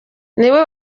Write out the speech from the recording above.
niwe